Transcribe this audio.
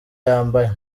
yambaye